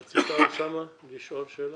רצית, אוסאמה, לשאול שאלה?